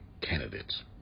candidates